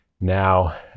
now